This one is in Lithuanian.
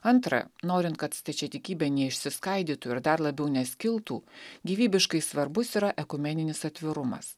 antra norint kad stačiatikybė neišsiskaidytų ir dar labiau neskiltų gyvybiškai svarbus yra ekumeninis atvirumas